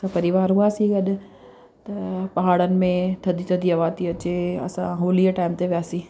असां परिवार हुआसीं गॾु त पहाड़नि में थधी थधी हवा थी अचे असां होलीअ टाइम ते वियासीं